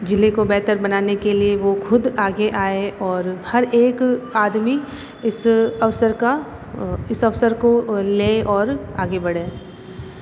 जिले को बेहतर बनाने के लिए वो खुद आगे और हर एक आदमी इस अवसर का इस अवसर को ले और आगे बढ़े